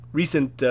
recent